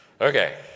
Okay